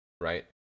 right